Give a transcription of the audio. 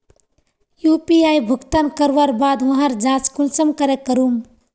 UPI भुगतान करवार बाद वहार जाँच कुंसम करे करूम?